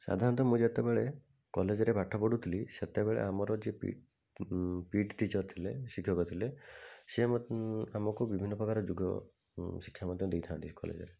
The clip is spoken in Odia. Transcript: ସାଧାରଣତଃ ମୁଁ ଯେତେବେଳେ କଲେଜ୍ରେ ପାଠ ପଢ଼ୁଥିଲି ସେତେବେଳେ ଆମର ଯିଏ ପିଟି ପିଟି ଟିଚର୍ ଥିଲେ ଶିକ୍ଷକ ଥିଲେ ସେ ଆମକୁ ବିଭିନ୍ନ ପ୍ରକାର ଯୋଗ ଶିକ୍ଷା ମଧ୍ୟ ଦେଇଥାନ୍ତି କଲେଜ୍ରେ